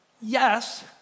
Yes